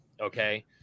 okay